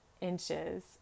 inches